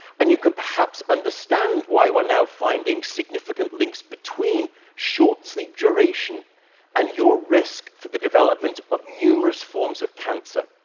and you can perhaps understand why we're now finding significant links between short sleep duration and your risk for the development of numerous forms of cancer.